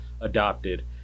adopted